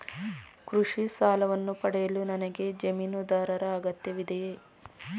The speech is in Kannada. ಕೃಷಿ ಸಾಲವನ್ನು ಪಡೆಯಲು ನನಗೆ ಜಮೀನುದಾರರ ಅಗತ್ಯವಿದೆಯೇ?